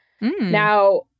Now